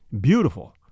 beautiful